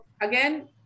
again